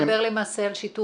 אתה מדבר למעשה על שיטור,